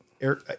air